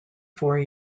four